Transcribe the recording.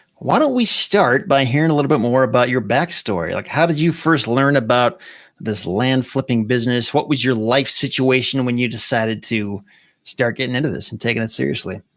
why don't we start by hearing a little bit more about your back story. like how did you first learn about this land-flipping business? what was your life situation when you decided to start getting into this and taking it seriously?